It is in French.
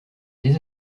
des